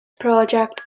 project